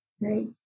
right